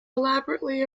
elaborately